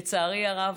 לצערי הרב,